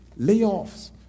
layoffs